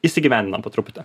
įsigyvendinam po truputį